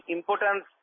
Importance